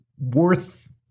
worth